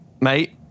mate